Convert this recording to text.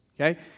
okay